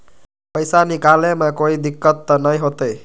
पैसा निकाले में कोई दिक्कत त न होतई?